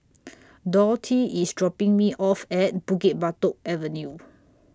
Dorthy IS dropping Me off At Bukit Batok Avenue